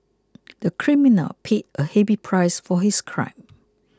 the criminal paid a heavy price for his crime